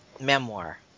memoir